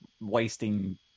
wasting